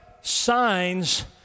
signs